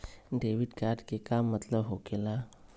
Debit card के का मतलब होकेला?